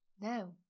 no